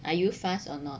are you fast or not